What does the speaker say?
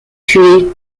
tué